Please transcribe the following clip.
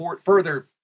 further